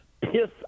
piss